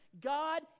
God